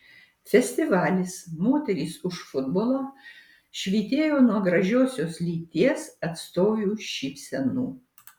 festivalis moterys už futbolą švytėjo nuo gražiosios lyties atstovių šypsenų